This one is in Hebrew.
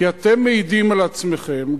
כי אתם מעידים על עצמכם,